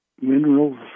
minerals